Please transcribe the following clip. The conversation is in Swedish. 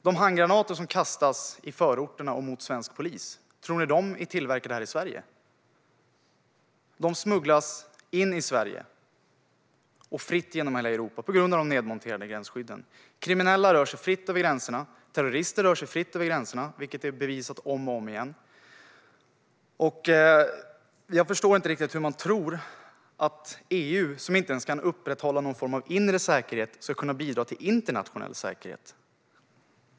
De handgranater som kastas i förorterna mot svensk polis, tror ni att de är tillverkade här i Sverige? De smugglas fritt genom hela Europa och in i Sverige på grund av de nedmonterade gränsskydden. Kriminella rör sig fritt över gränserna. Terrorister rör sig också fritt över gränserna, vilket bevisats om och om igen. Jag förstår inte riktigt hur man tror att EU, som inte ens kan upprätthålla någon form av inre säkerhet, ska kunna bidra till internationell säkerhet.